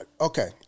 okay